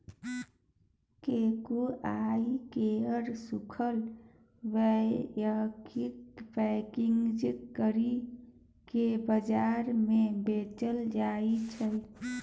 cocoa केर सूखल बीयाकेँ पैकेजिंग करि केँ बजार मे बेचल जाइ छै